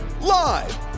Live